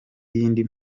y’indi